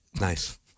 Nice